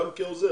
גם כעוזר.